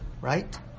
right